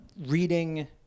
reading